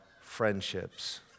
friendships